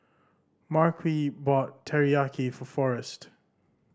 Marquise bought Teriyaki for Forest